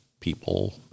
people